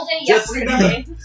yesterday